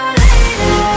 later